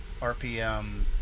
RPM